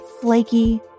Flaky